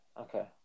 Okay